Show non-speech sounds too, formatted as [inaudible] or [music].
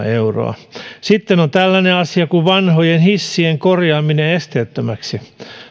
[unintelligible] euroa sitten on tällainen asia kuin vanhojen hissien korjaaminen esteettömiksi